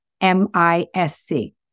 M-I-S-C